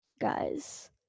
Guys